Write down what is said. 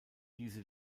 diese